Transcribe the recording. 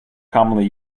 commonly